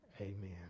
Amen